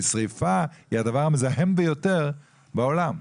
כי שריפה היא הדבר המזהם ביותר בעולם.